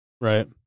Right